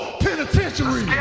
penitentiary